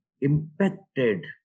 impacted